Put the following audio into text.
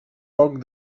poc